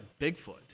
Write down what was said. Bigfoot